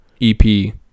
EP